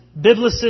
Biblicist